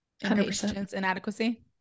inadequacy